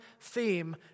theme